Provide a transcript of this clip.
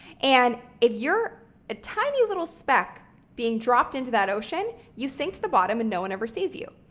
and if you're a tiny little speck being dropped into that ocean, you sink to the bottom and no one ever sees you.